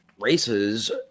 races